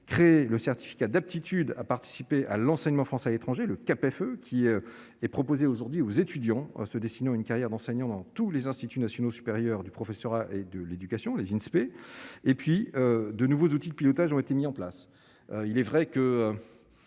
créé le certificat d'aptitude à participer à l'enseignement français à l'étranger, le cap feu qui est proposée aujourd'hui aux étudiants se dessiner une carrière d'enseignant dans tous les instituts nationaux supérieurs du professorat et de l'éducation, les ISP et puis de nouveaux outils de pilotage ont été mis en place, il est vrai que